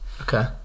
Okay